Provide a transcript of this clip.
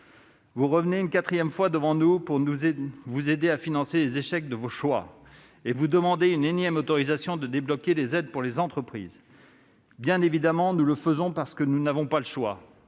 Vous revenez une quatrième fois devant nous pour vous aider à financer les échecs de vos choix et nous demander une énième autorisation de débloquer des aides pour les entreprises. Si, évidemment, nous le faisons, c'est parce que nous n'avons pas le choix.